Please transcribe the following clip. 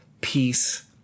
peace